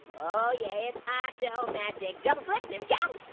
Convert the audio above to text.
oh yes it's octomatic double flip. there we go,